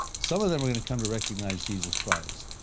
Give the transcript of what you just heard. some of them are going to come to recognize jesus christ.